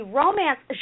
romance